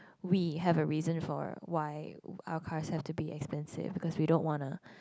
we have a reason for why our cars have to be expensive because we don't wanna